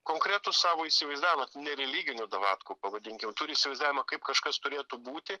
konkretų savo įsivaizdavimą ne religinių davatkų pavadinkim turi įsivaizdavimą kaip kažkas turėtų būti